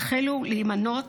יחלו להימנות